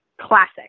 classic